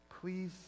Please